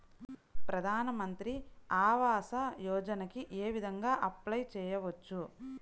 ప్రధాన మంత్రి ఆవాసయోజనకి ఏ విధంగా అప్లే చెయ్యవచ్చు?